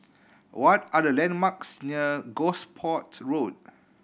what are the landmarks near Gosport Road